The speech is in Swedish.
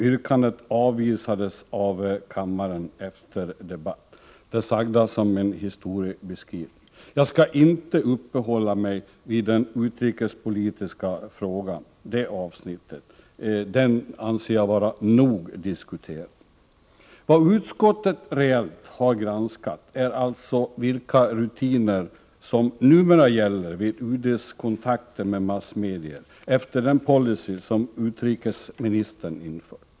Yrkandet avvisades av kammaren efter debatt. Det sagda är en historieskrivning. Jag skall inte uppehålla mig vid den utrikespolitiska frågan här — det avsnittet anser jag vara nog diskuterat. Vad utskottet reellt har granskat är alltså vilka rutiner som numera gäller vid UD:s kontakter med massmedier, efter den policy som utrikesministern infört.